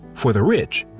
for the rich,